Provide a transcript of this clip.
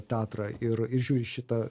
teatrą ir ir žiūri šitą